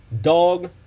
dog